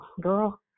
girl